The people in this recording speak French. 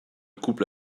couple